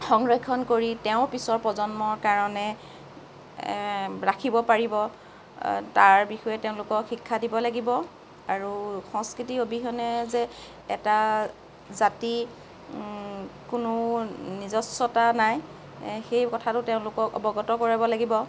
সংৰক্ষণ কৰি তেওঁৰ পিছৰ প্ৰজন্মৰ কাৰণে ৰাখিব পাৰিব তাৰ বিষয়ে তেওঁলোকক শিক্ষা দিব লাগিব আৰু সংস্কৃতি অবিহনে যে এটা জাতি কোনো নিজস্বতা নাই সেই কথাটো তেওঁলোকক অৱগত কৰাব লাগিব